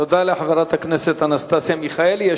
תודה לחברת הכנסת אנסטסיה מיכאלי.